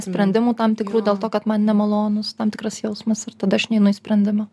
sprendimų tam tikrų dėl to kad man nemalonus tam tikras jausmas ir tada aš neinu į sprendimą